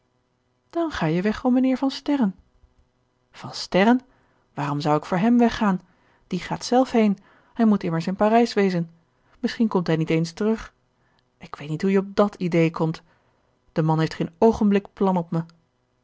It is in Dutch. dan ga je weg om mijnheer van sterren van sterren waarom zou ik voor hem weg gaan die gaat zelf heen hij moet immers in parijs wezen misschien komt hij niet eens terug ik weet niet hoe je op dàt idée komt de man heeft geen oogenblik plan op me